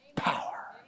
power